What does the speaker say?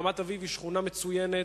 רמת-אביב היא שכונה מצוינת,